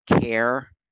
care